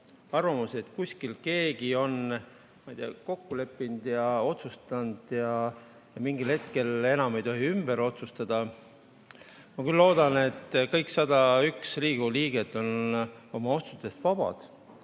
arvamusi, et kuskil keegi on, ma ei tea, kokku leppinud ja otsustanud ja mingil hetkel enam ei tohi ümber otsustada. Ma küll loodan, et kõik 101 Riigikogu liiget on oma otsustes vabad